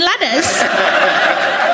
ladders